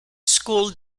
school